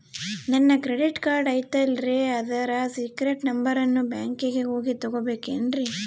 ನನ್ನ credit card ಐತಲ್ರೇ ಅದರ ಸೇಕ್ರೇಟ್ ನಂಬರನ್ನು ಬ್ಯಾಂಕಿಗೆ ಹೋಗಿ ತಗೋಬೇಕಿನ್ರಿ?